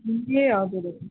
ए हजुर हजुर